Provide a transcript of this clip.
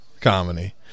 comedy